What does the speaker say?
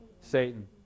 Satan